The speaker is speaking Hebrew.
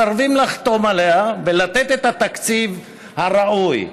מסרבים לחתום עליה ולתת את התקציב הראוי.